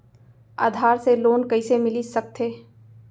आधार से लोन कइसे मिलिस सकथे?